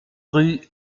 rue